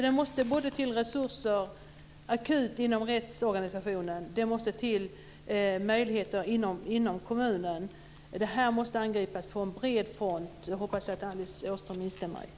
Det måste alltså till resurser akut inom rättsorganisationen, och det måste finnas möjligheter inom kommunen. Det här måste angripas på bred front. Det hoppas jag att Alice Åström instämmer i.